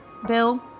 Bill